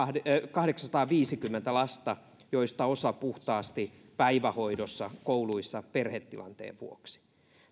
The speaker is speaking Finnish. kahdeksansataaviisikymmentä lasta joista osa on kouluissa puhtaasti päivähoidossa perhetilanteen vuoksi